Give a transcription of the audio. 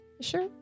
Sure